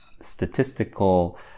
statistical